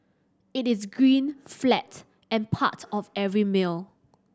it is green flat and part of every meal